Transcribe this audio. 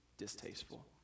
distasteful